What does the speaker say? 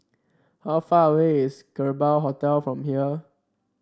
how far away is Kerbau Hotel from here